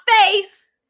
face